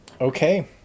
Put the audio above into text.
Okay